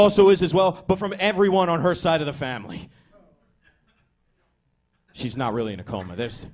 also is as well but from everyone on her side of the family she's not really in a coma the